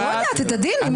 לא יודעת, את הדין.